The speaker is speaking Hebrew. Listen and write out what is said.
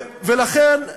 ולכן,